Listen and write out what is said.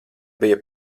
bija